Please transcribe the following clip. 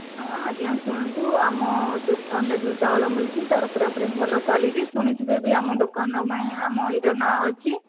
ହଁ ଆଜ୍ଞା ଶୁଣନ୍ତୁ ଆମ ଦୋକାନରେ ଯେଉଁ ଚାଉଳ ମିଳୁଛି ତାର ପୁରା ପୁରି ଭଲ କ୍ୱାଲିଟି ଶୁଣିଥିବେ ବି ଆମ ଦୋକାନ ର ମାନେ ନାଁ ଅଛି